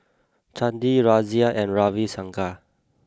Chandi Razia and Ravi Shankar